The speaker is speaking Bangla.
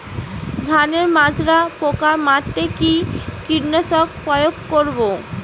ধানের মাজরা পোকা মারতে কি কীটনাশক প্রয়োগ করব?